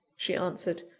she answered.